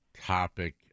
topic